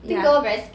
ya